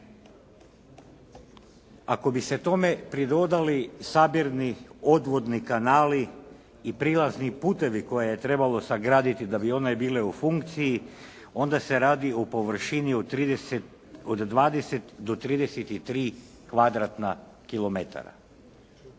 Ako bi se tome pridodali sabirni odvodni kanali i prilazni putovi koje je trebalo sagraditi da bi one bile u funkciji, onda se radi o površini od 20-33 km2.